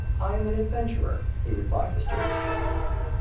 i am an adventurer, he replied mysteriously.